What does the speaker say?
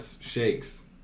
Shakes